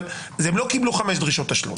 הם לא קיבלו חמש דרישות תשלום.